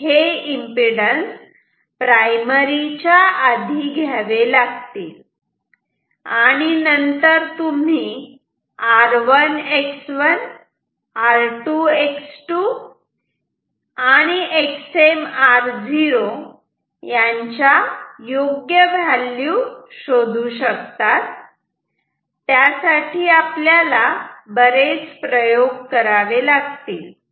हे प्रायमरी च्या आधी घ्यावे लागतील आणि नंतर तुम्ही r1 X1 r2 X2 XmR0 यांच्या योग्य व्हॅल्यू शोधू शकतात त्यासाठी आपल्याला बरेच प्रयोग करावे लागतील